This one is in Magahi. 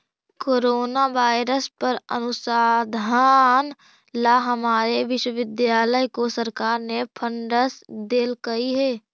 कोरोना वायरस पर अनुसंधान ला हमारे विश्वविद्यालय को सरकार ने फंडस देलकइ हे